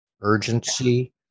urgency